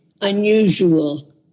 unusual